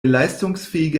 leistungsfähige